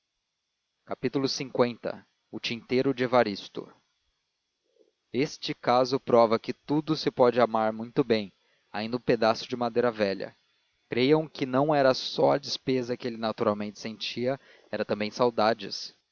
saudades l o tinteiro de evaristo este caso prova que tudo se pode amar muito bem ainda um pedaço de madeira velha creiam que não era só a despesa que ele naturalmente sentia eram também saudades